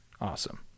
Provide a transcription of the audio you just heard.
Awesome